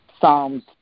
Psalms